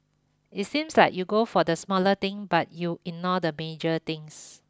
it seems that you go for the smaller thing but you ignore the major things